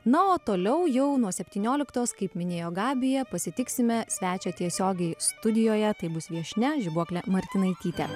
na o toliau jau nuo septynioliktos kaip minėjo gabija pasitiksime svečią tiesiogiai studijoje tai bus viešnia žibuoklė martinaitytė